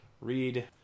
read